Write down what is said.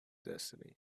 destiny